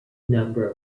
number